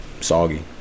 Soggy